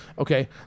Okay